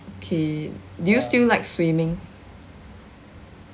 okay do you still like swimming